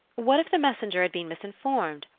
what if the messenger had been misinformed,